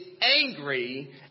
angry